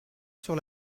sur